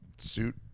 suit